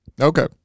Okay